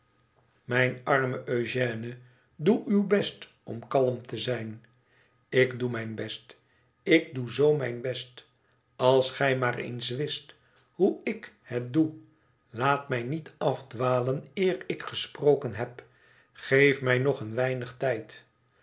imijn arme eugène doe uw best om kalm te zijn ik doe mijn best ik doe z mijn best als gij maar eens wist hoe ik het doe laat mij niet afdwalen eer ik gesproken heb geef mij nog een weinig wijn